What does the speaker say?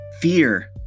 fear